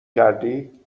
کردی